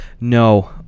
no